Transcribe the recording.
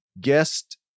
guest